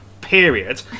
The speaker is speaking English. period